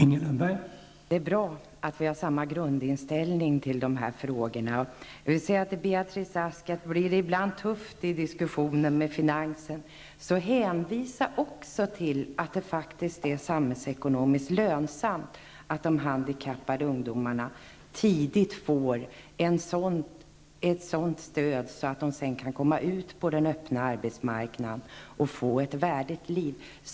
Herr talman! Det är bra att vi har samma grundinställning i dessa frågor. Beatrice Ask, om det ibland blir tufft i diskussionen med finansen, så hänvisa till att det faktiskt är samhällsekonomiskt lönsamt att de handikappade ungdomarna tidigt får ett sådant stöd att de sedan kan komma ut på den öppna arbetsmarknaden och få ett värdigt liv.